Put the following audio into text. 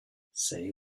say